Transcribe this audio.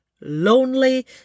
lonely